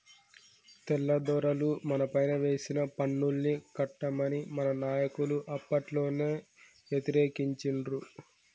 తెల్లదొరలు మనపైన వేసిన పన్నుల్ని కట్టమని మన నాయకులు అప్పట్లోనే యతిరేకించిండ్రు